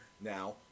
now